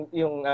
yung